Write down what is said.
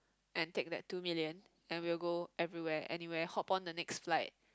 and take that two million and we'll go everywhere anywhere hop on the next flight